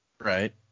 Right